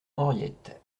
henriette